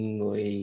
người